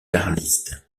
carliste